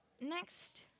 Next